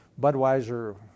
Budweiser